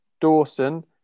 Dawson